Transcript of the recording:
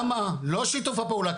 לא שיתוף הפעולה,